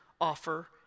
offer